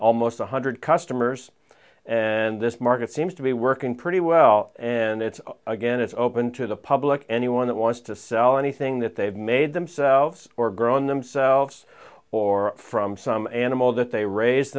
almost one hundred customers and this market seems to be working pretty well and it's again it's open to the public anyone that wants to sell anything that they have made themselves or grown themselves or from some animal that they raise